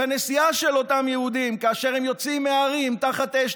בנסיעה של אותם יהודים כאשר הם יוצאים מהערים תחת אש,